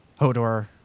Hodor